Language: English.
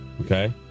Okay